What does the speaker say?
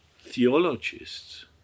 theologists